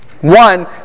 One